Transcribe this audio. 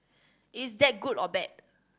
is that good or bad